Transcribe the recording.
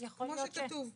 כמו שכתוב פה.